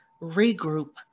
regroup